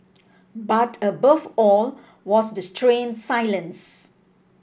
but above all was the strange silence